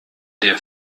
der